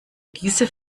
diese